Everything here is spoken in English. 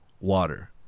water